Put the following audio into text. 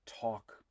talk